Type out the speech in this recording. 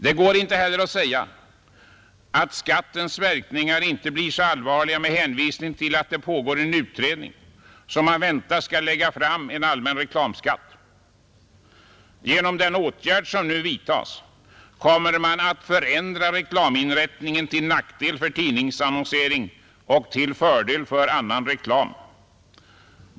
Det går inte heller att säga att skattens verkningar inte blir så allvarliga med hänvisning till att det pågår en utredning som man väntar skall lägga fram förslag till en allmän reklamskatt. Genom den åtgärd som nu vidtas kommer man att förändra reklaminriktningen till nackdel för tidningsannonsering och till fördel för annan reklam.